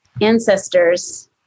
ancestors